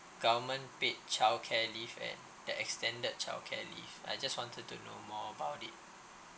government paid childcare leave and the extended childcare leave I just wanted to know more about it